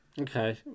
okay